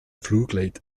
vloerkleed